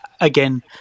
again